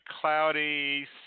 cloudy